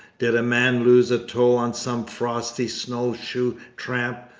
did a man lose a toe on some frosty snow-shoe tramp,